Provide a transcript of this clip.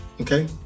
okay